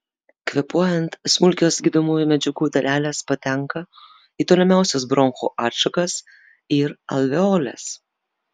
kvėpuojant smulkios gydomųjų medžiagų dalelės patenka į tolimiausias bronchų atšakas ir alveoles